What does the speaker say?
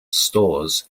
stores